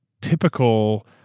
typical